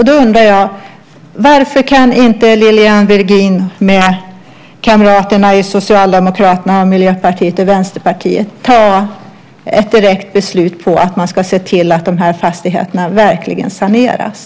Då undrar jag varför Lilian Virgin och kamraterna i Socialdemokraterna, Miljöpartiet och Vänsterpartiet inte kan fatta ett direkt beslut om att de här fastigheterna verkligen ska saneras.